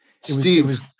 Steve